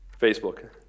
facebook